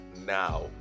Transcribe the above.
now